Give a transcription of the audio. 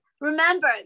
Remember